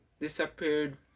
disappeared